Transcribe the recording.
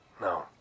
No